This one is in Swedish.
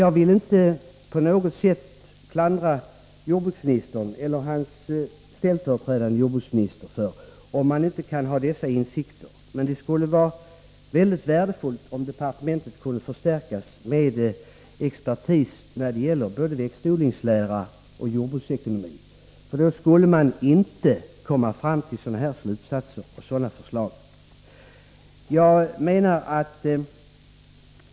Jag vill inte på något sätt klandra jordbruksministern eller hans ställföreträdande jordbruksminister för att man inte har dessa insikter. Men det skulle vara mycket värdefullt om departementet skulle kunna förstärkas med expertis när det gäller växtodlingslära och jordbruksekonomi. Då skulle man inte komma fram till sådana slutsatser och sådana här förslag.